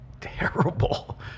terrible